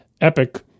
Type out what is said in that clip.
Epic